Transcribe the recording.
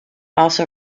also